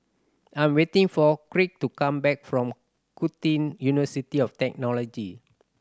I'm waiting for Kirk to come back from University of Technology